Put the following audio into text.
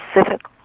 specific